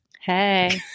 Hey